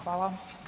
Hvala.